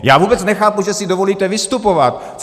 Já vůbec nechápu, že si dovolíte vystupovat!